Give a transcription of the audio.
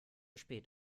spät